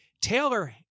Taylor